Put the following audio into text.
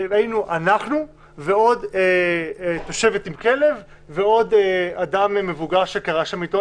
היינו אנחנו ועוד תושבת עם כלב ועוד אדם מבוגר שקרא שם עיתון,